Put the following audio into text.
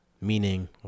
meaning